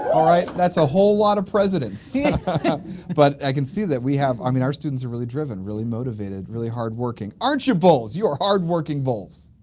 alright that's a whole lot of precedent yeah but i can see that we have i mean our students are really, driven, really motivated, really hard-working, aren't you bulls? you're hard-working bulls!